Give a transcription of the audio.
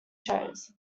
shows